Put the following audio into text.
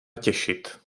těšit